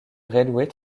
railway